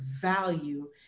value